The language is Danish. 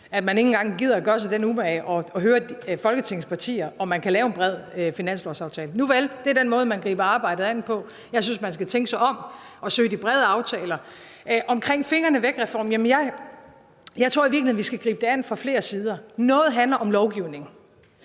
at man ikke engang gider gøre sig den umage at høre Folketingets partier, om man kan lave en bred finanslovsaftale. Nuvel, det er den måde, man griber arbejdet an på. Jeg synes, man skal tænke sig om og søge de brede aftaler. Med hensyn til fingrene væk-reformen tror jeg i virkeligheden, vi skal gribe det an fra flere sider. Noget handler om lovgivning,